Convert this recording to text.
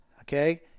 okay